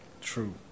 True